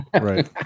Right